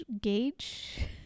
gauge